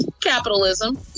capitalism